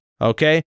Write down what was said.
okay